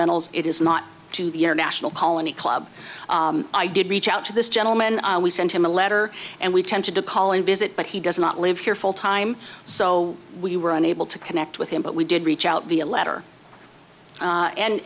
reynolds it is not to the international colony club i did reach out to this gentleman we sent him a letter and we tend to call and visit but he does not live here full time so we were unable to connect with him but we did reach out via letter a